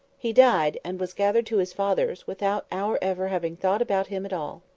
he died and was gathered to his fathers without our ever having thought about him at all.